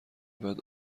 بعد